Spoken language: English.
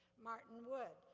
martin wood,